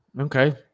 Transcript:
Okay